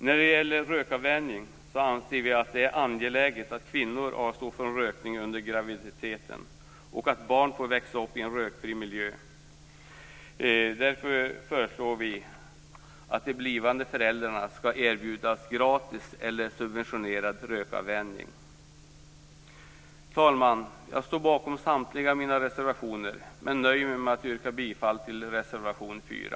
När det gäller rökavvänjning anser vi att det är så angeläget att kvinnor avstår från rökning under graviditeten och att barn får växa upp i en rökfri miljö att vi föreslår att de blivande föräldrarna skall erbjudas gratis eller subventionerad rökavvänjning. Fru talman! Jag står bakom samtliga mina reservationer men nöjer mig med att yrka bifall till reservation 4.